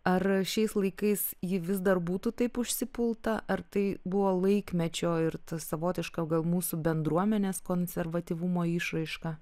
ar šiais laikais ji vis dar būtų taip užsipulta ar tai buvo laikmečio ir savotiška o gal mūsų bendruomenės konservatyvumo išraiška